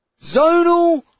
zonal